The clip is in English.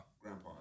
Grandpa